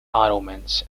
ottomans